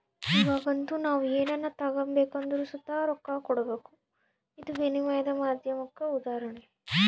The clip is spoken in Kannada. ಇವಾಗಂತೂ ನಾವು ಏನನ ತಗಬೇಕೆಂದರು ಸುತ ರೊಕ್ಕಾನ ಕೊಡಬಕು, ಇದು ವಿನಿಮಯದ ಮಾಧ್ಯಮುಕ್ಕ ಉದಾಹರಣೆ